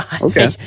Okay